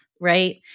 right